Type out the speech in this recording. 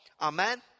Amen